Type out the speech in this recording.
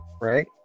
right